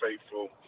faithful